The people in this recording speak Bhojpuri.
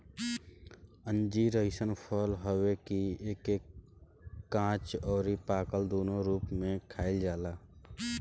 अंजीर अइसन फल हवे कि एके काच अउरी पाकल दूनो रूप में खाइल जाला